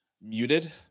muted